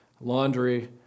laundry